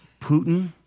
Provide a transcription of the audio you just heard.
Putin